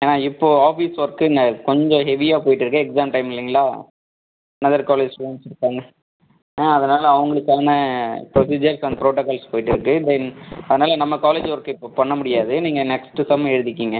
ஆ இப்போது office work ந கொஞ்சம் ஹெவியாக போய்கிட்டு இருக்குது எக்ஸாம் டைம் இல்லைங்களா அதர் காலேஜ் ஸ்டூடெண்ட்ஸ் இருப்பாங்க ஆ அதனால் அவங்களுக்கான ப்ரொசிஜர் அண்ட் ப்ரொடோகால்ஸ் போய்கிட்ருக்கு தென் அதனால் நம்ம காலேஜ்ஜி ஒர்க்கு இப்போ பண்ண முடியாது நீங்கள் நெக்ஸ்ட்டு செம் எழுதிக்கங்க